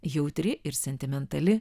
jautri ir sentimentali